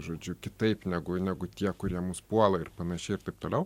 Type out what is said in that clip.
žodžiu kitaip negu negu tie kurie mus puola ir panašiai ir taip toliau